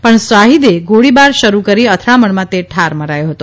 પણ શાહીદે ગોળીબાર શરૂ કરી અથડામણમાં તે ઠાર મરાયો હતો